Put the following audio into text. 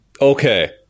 Okay